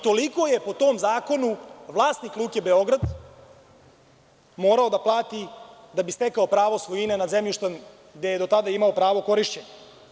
Toliko je po tom zakonu vlasnik Luke Beograd morao da plati da bi stekao pravo svojine nad zemljištem gde je do tada imao pravo korišćenja.